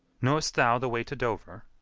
know'st thou the way to dover?